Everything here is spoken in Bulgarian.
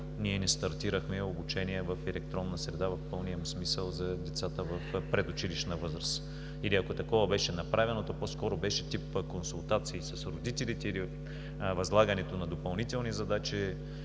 ние не стартирахме обучение в електронна среда в пълния му смисъл за децата в предучилищна възраст или, ако такова беше направено, то по-скоро беше тип консултации с родителите или възлагането на допълнителни задачи